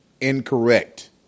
Incorrect